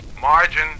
Margin